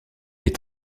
est